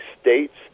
states